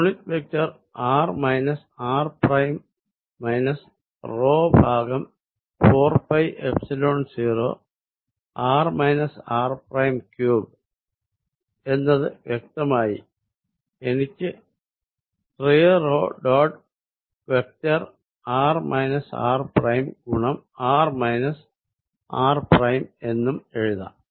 unit vector r minus r ' minus ഭാഗം 4 pi epsilon 0 r r '3 എന്നത് വ്യക്തമായി എനിക്ക് 3 ഡോട്ട് വെക്ടർ r r ' ഗുണം r r ' എന്നും എഴുതാം